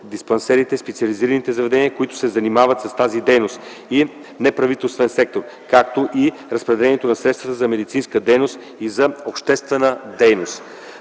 диспансери, специализираните заведения, които се занимават с тази дейност, и неправителствения сектор, както и разпределението на средствата за медицинска дейност и за обществена дейност.